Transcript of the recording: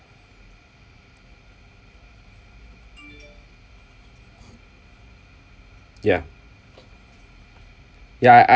yeah yeah I